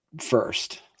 first